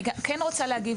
אני כן רוצה להגיד,